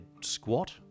squat